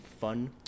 fun